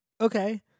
Okay